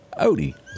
Odie